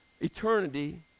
eternity